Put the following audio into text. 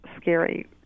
scary